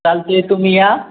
चालतेय तुम्ही या